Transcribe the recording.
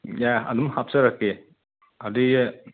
ꯌꯥꯏ ꯑꯗꯨꯝ ꯍꯥꯞꯆꯔꯛꯀꯦ ꯑꯗꯤ